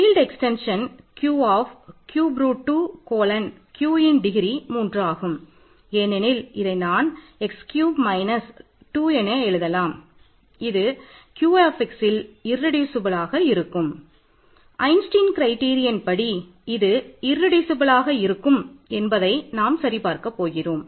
field extension இருக்கும் என்பதை நாம் சரி பார்க்கப் போகிறோம்